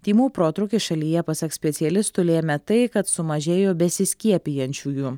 tymų protrūkį šalyje pasak specialistų lėmė tai kad sumažėjo besiskiepijančiųjų